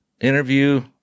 interview